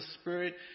Spirit